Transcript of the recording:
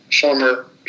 former